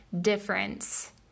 difference